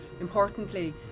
importantly